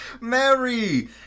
Mary